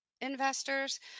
investors